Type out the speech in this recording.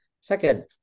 Second